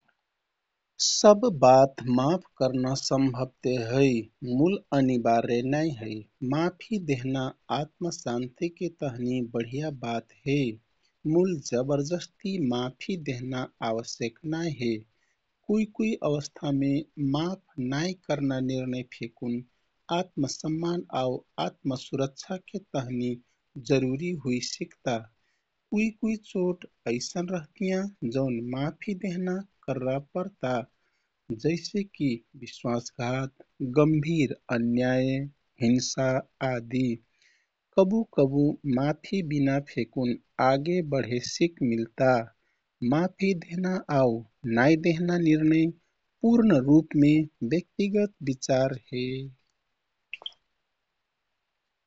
सब बात माफ करना सम्भव ते है मूल अनिवार्य नाइ है। माफी देहना आत्मशान्तिके तहनि बढिया बात हे, मूल जबरजस्ती माफी देहना आवश्यक नाइ हे। कुइ-कुइ अवस्थामे माफ नाइ कर्ना निर्णय फेकुन आत्मसम्मान आउ आत्म सुरक्षाके तहनि जरूरी हुइ सिकता। कुइ-कुइ चोट ऐसन रहतीयाँ जौन माफी देहना कररा परता जैसेकि विश्वास घात, गम्भीर अन्याय, हिंसा आदि। कबु-कबु माफी बिना फेकुन आगे बढे सिक मिल्ता। माफी देहना आउ नाइ देहना निर्णय पूर्ण रूपमे व्यक्तिक विचार हे।